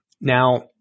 Now